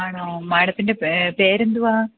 ആണോ മാഡത്തിന്റെ പേരെന്തുവാണ്